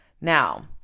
Now